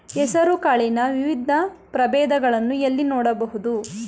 ಹೆಸರು ಕಾಳಿನ ವಿವಿಧ ಪ್ರಭೇದಗಳನ್ನು ಎಲ್ಲಿ ನೋಡಬಹುದು?